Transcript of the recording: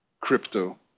crypto